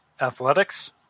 Athletics